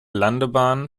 landebahn